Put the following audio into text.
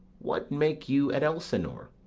what make you at elsinore?